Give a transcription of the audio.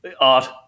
Art